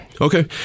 Okay